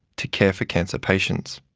to care for cancer patients.